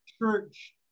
church